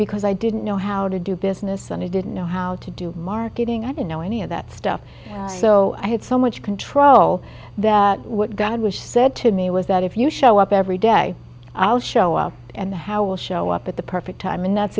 because i didn't know how to do business and i didn't know how to do marketing i didn't know any of that stuff so i had so much control that what god was said to me was that if you show up every day i'll show up and how will show up at the perfect time and that's